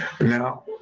Now